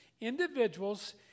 individuals